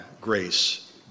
Grace